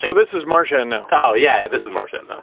so this is marchand. and oh, yeah, this is marchand though.